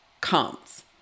comes